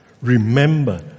Remember